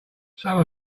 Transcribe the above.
some